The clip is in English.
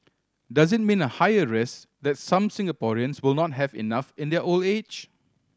does it mean a higher risk that some Singaporeans will not have enough in their old age